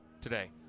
today